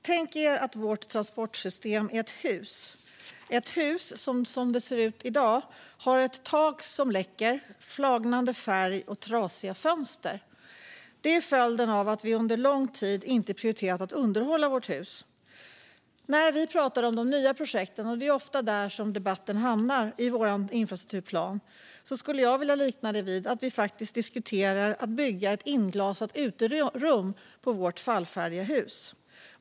Tänk er att Sveriges transportsystem är ett hus - ett hus som i dag har ett tak som läcker, flagnande färg och trasiga fönster. Det är följden av att vi under lång tid inte prioriterat att underhålla vårt hus. När man pratar om de nya projekten i infrastrukturplanen, och det är ofta där debatten hamnar, skulle jag vilja likna det vid att man diskuterar att bygga ett inglasat uterum på vårt fallfärdiga hus.